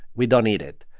we don't eat it.